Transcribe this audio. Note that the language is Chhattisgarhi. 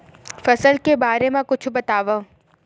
फसल के बारे मा कुछु बतावव